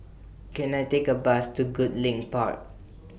Can I Take A Bus to Goodlink Park